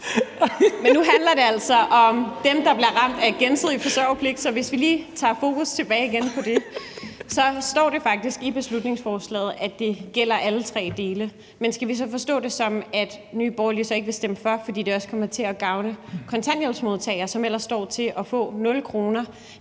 Men nu handler det altså om dem, der bliver ramt af gensidig forsøgerpligt, så lad os lige få fokus tilbage på det igen. Det står faktisk i beslutningsforslaget, at det gælder alle tre dele, men skal vi forstå det sådan, at Nye Borgerlige ikke vil stemme for, fordi det også kommer til at gavne kontanthjælpsmodtagere, som ellers står til at få 0 kr.,